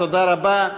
תודה רבה.